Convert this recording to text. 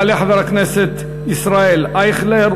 יעלה חבר הכנסת ישראל אייכלר,